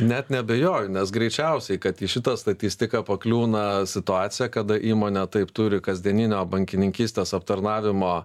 net neabejoju nes greičiausiai kad į šitą statistiką pakliūna situacija kada įmonė taip turi kasdieninio bankininkystės aptarnavimo